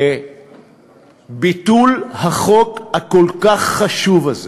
בביטול החוק הכל-כך חשוב הזה,